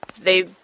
They